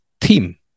team